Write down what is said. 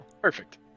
Perfect